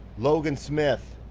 logan smith,